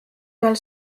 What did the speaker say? tal